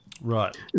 right